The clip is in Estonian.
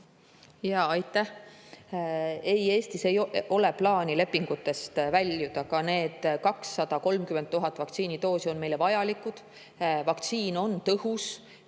Aitäh! Ei, Eestis ei ole plaani lepingutest väljuda, need 230 000 vaktsiinidoosi on meile vajalikud. Vaktsiin on tõhus,